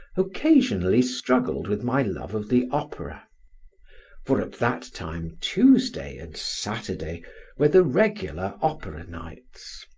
occasionally struggled with my love of the opera for at that time tuesday and saturday were the regular opera nights.